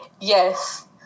Yes